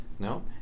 No